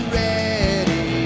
ready